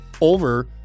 over